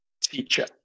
teacher